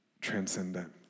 transcendent